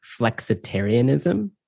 flexitarianism